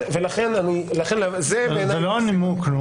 אבל זה לא הנימוק.